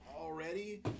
already